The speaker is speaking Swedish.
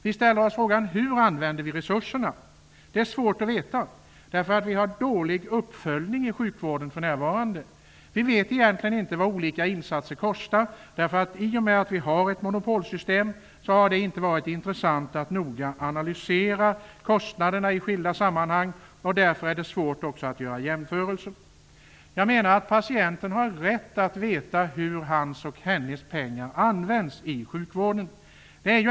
Vi ställer oss frågan hur vi använder resurserna. Det är svårt att veta. För närvarande har vi nämligen dålig uppföljning i sjukvården. Vi vet egentligen inte vad olika insatser kostar. Eftersom vi har ett monopolsystem, har det inte varit intressant att noga analysera kostnaderna i skilda sammanhang. Det är därför svårt att göra jämförelser. Jag menar att patienten har rätt att veta hur hans eller hennes pengar används i sjukvården.